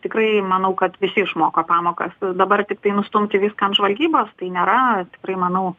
tikrai manau kad visi išmoko pamokas dabar tiktai nustumti viską ant žvalgybos tai nėra tikrai manau